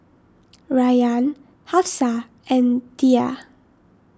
Rayyan Hafsa and Dhia